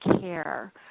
care